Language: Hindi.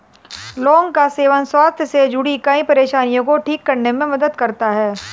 लौंग का सेवन स्वास्थ्य से जुड़ीं कई परेशानियों को ठीक करने में मदद करता है